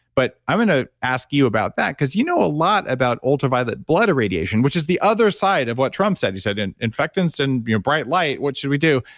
but, i'm going to ah ask you about that, because you know a lot about ultraviolet blood irradiation, which is the other side of what trump said. he said, in in fact, instant and you know bright light, what should we do?